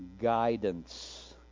guidance